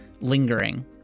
lingering